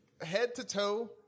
head-to-toe